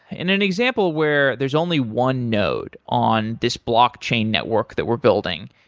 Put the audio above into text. and an example where there is only one node on this blockchain network that we're building.